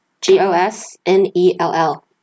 G-O-S-N-E-L-L